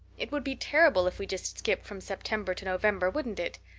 it would be terrible if we just skipped from september to november, wouldn't it?